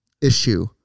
Issue